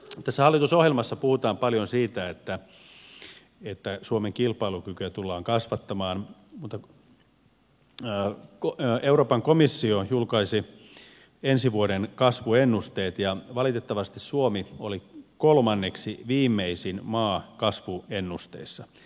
tässä hallitusohjelmassa puhutaan paljon siitä että suomen kilpailukykyä tullaan kasvattamaan mutta euroopan komissio julkaisi ensi vuoden kasvuennusteet ja valitettavasti suomi oli kolmanneksi viimeisin maa kasvuennusteissa